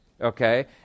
okay